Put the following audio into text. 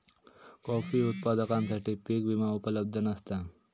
coffee उत्पादकांसाठी पीक विमा उपलब्ध नसता